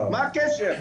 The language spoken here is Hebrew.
מה הקשר?